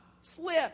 slip